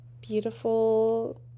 beautiful